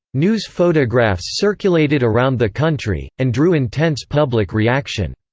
news photographs circulated around the country, and drew intense public reaction.